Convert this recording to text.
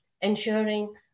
ensuring